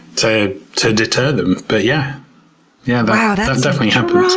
to to deter them, but yeah yeah but ah that definitely happens.